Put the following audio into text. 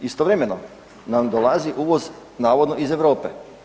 Istovremeno nam dolazi uvoz navodno iz Europe.